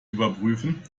überprüfen